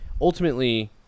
ultimately